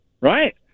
right